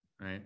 Right